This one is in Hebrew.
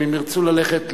אם הם ירצו ללכת לעזה.